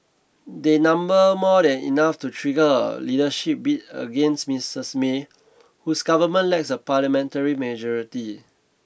they number more than enough to trigger a leadership bid against Misses May whose government lacks a parliamentary majority